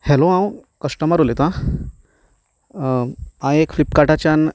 hello हांव customer उलयतां हांवें एक फ्लिपकार्टाच्यान